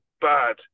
bad